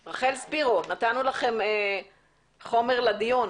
משרד המשפטים, רחל ספירו, נתנו לכם חומר לדיון.